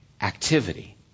activity